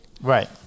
Right